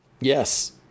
Yes